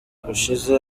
gushize